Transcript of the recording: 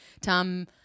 Tom